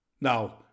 Now